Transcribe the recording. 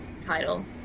title